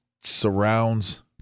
surrounds